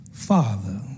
father